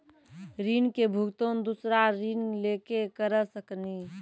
ऋण के भुगतान दूसरा ऋण लेके करऽ सकनी?